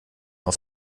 auf